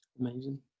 amazing